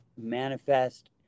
manifest